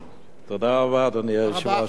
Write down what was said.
תודה רבה, אדוני היושב-ראש הנכבד.